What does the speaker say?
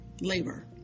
labor